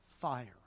fire